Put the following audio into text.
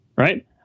right